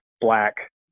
black